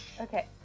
Okay